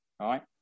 Right